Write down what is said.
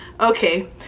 okay